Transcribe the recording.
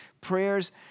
prayers